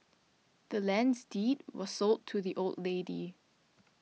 the land's deed was sold to the old lady